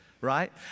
right